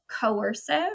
coercive